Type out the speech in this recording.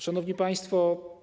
Szanowni Państwo!